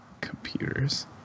Computers